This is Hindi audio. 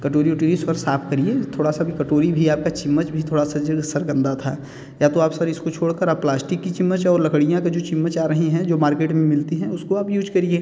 कटोरी वटोरी उस पर साफ़ करिए थोड़ा सा भी कटोरी भी आपका चम्मच भी थोड़ा सा जो गंदा था या तो आप सर इसको छोड़ कर प्लास्टिक की चम्मच और लकड़ियाँ का जो चम्मच आ रही हैं जो मार्केट में मिलती हैं उसको आप यूज करिए